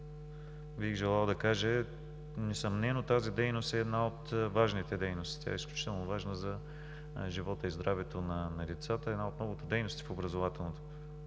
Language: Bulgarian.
бих желал да кажа. Несъмнено тази дейност е една от важните дейности. Тя е изключително важна за живота и здравето на децата; една от многото дейности в образователната